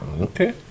Okay